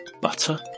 butter